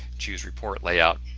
choose report layout,